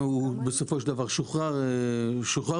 שבסופו של דבר הוא שוחרר בהרחקה,